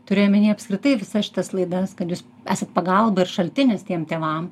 turiu omeny apskritai visas šitas laidas kad jūs esat pagalba ir šaltinis tiem tėvam